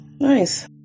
Nice